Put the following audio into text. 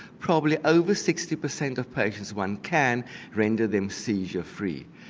probably over sixty per cent of patients, one can render them seizure free.